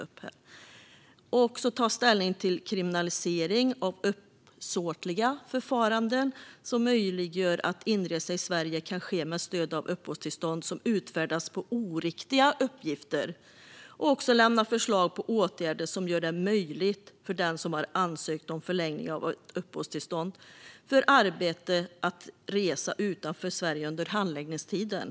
Vidare ska utredningen ta ställning till kriminalisering av uppsåtliga förfaranden, som möjliggör att inresa i Sverige kan ske med stöd av uppehållstillstånd som utfärdats på oriktiga uppgifter. Vidare ska utredningen lämna förslag på åtgärder som gör det möjligt för den som har ansökt om förlängning av uppehållstillstånd för arbete att resa utanför Sverige under handläggningstiden.